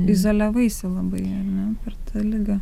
izoliavaisi labai ar ne per tą ligą